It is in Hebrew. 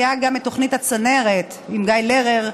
והייתה גם התוכנית הצנרת עם גיא לרר,